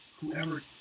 whoever